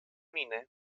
mine